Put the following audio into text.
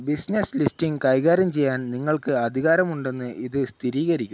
business listing കൈകാര്യം ചെയ്യാൻ നിങ്ങൾക്ക് അധികാരമുണ്ടെന്ന് ഇത് സ്ഥിരീകരിക്കും